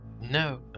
No